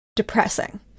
Depressing